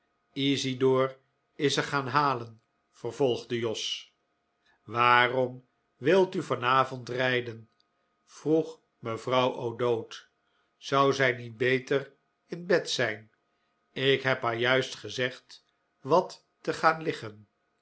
isidor isze gaanhalen vervolgde jos waarom wilt u vanavond rijden vroeg mevrouw o'dowd zou zij niet beter in bed zijn ik heb haar juist gezegd wat te gaan liggen